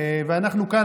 אנחנו כאן,